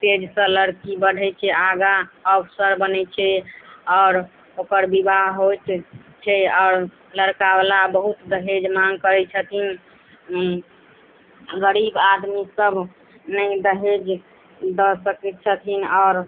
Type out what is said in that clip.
पेजसँ लड़की बढ़ै छै आगाँ अवसर बनै छै आओर ओकर विवाह होइत छै आओर लड़कावला बहुत दहेज माँग करै छथिन गरीब आदमी सब नहि दहेज दऽ सकैत छथिन आओर